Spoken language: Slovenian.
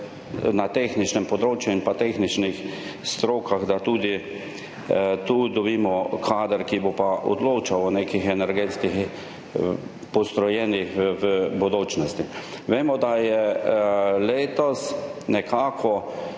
na tehničnem področju in v tehničnih strokah, da tudi tu dobimo kader, ki bo odločal o nekih energetskih postrojenjih v bodočnosti. Vemo, da so letos na